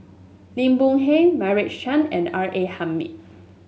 Lim Boon Heng Meira Chand and R A Hamid